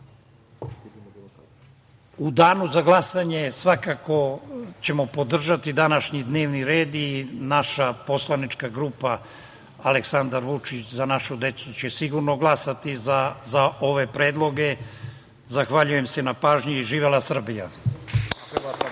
danu za glasanje svakako ćemo podržati današnji dnevni red i naša poslanička grupa „Aleksandar Vučić – Za našu decu“ će sigurno glasati za ove predloge. Zahvaljujem se na pažnji i živela Srbija.